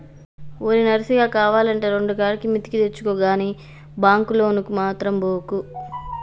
ఓరి నర్సిగా, కావాల్నంటే రెండుకాడికి మిత్తికి తెచ్చుకో గని బాంకు లోనుకు మాత్రం బోకు